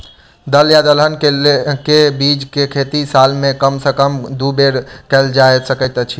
दल या दलहन केँ के बीज केँ खेती साल मे कम सँ कम दु बेर कैल जाय सकैत अछि?